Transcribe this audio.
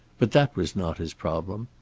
but that was not his problem.